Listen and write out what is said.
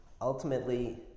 ultimately